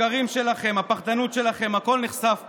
השקרים שלכם, הפחדנות שלכם, הכול נחשף פה.